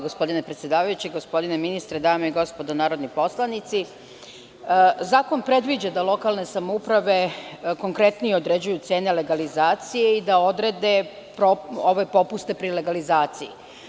Gospodine ministre, dame i gospodo narodni poslanici, zakon predviđa da lokalne samouprave konkretnije određuju cene legalizacije i da odrede ove popuste pri legalizaciji.